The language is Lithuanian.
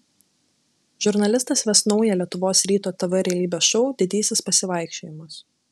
žurnalistas ves naują lietuvos ryto tv realybės šou didysis pasivaikščiojimas